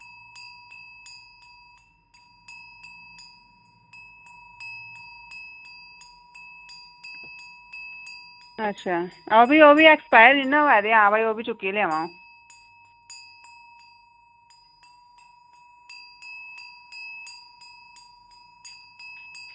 ओह्बी ओह्बी एक्पायर नना होआ दी ते ओह्बी चुक्की लेई आमां अं'ऊ